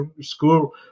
school